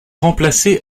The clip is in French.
remplacée